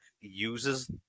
uses